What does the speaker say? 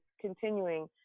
continuing